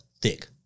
Thick